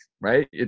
right